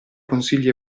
consigli